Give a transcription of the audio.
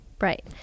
Right